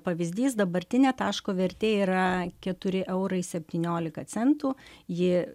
pavyzdys dabartinė taško vertė yra keturi eurai septyniolika centų ji